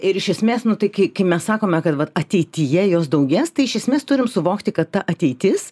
ir iš esmės nu tai kai kai mes sakome kad vat ateityje jos daugės tai iš esmės turim suvokti kad ta ateitis